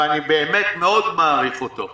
ואני באמת מאוד מעריך אותו,